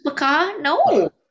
no